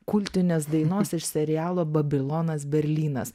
kultinės dainos iš serialo babilonas berlynas